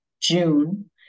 June